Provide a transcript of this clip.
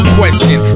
question